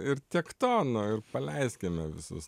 ir tiek to nu ir paleiskime visus